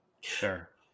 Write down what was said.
Sure